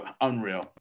unreal